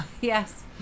Yes